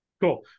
cool